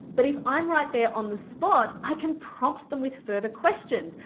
but if i'm right there on the spot i can prompt them with further questions.